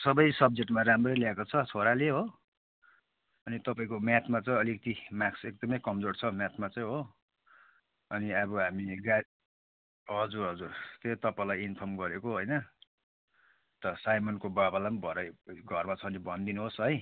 सबै सब्जेक्टमा राम्रै ल्याएको छ छोराले हो अनि तपाईँको म्याथमा चाहिँ अलिकति मार्क्स एकदमै कमजोर छ म्याथमा चाहिँ हो अनि अब हामी हजुर हजुर त्यो तपाईँलाई इन्फर्म गरेको होइन अन्त साइमनको बाबालाई पनि भरे घरमा छ भने भनिदिनुहोस् है